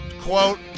quote